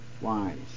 wise